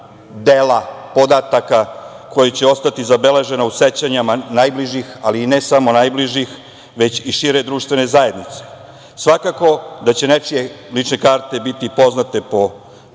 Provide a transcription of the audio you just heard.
dela, podataka koji će ostati zabeleženi u sećanjima najbližih, ali ne samo najbližih, već i šire društvene zajednice. Svakako da će nečije lične karte biti poznate u